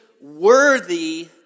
worthy